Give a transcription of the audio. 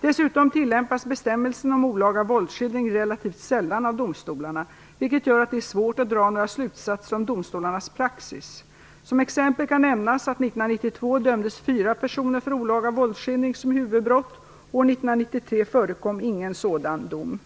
Dessutom tillämpas bestämmelsen om olaga våldsskildring relativt sällan av domstolarna, vilket gör att det är svårt att dra några slutsatser om domstolarnas praxis. Som exempel kan nämnas att 1992 dömdes fyra personer för olaga våldsskildring som huvudbrott. År 1993 förekom ingen sådan dom.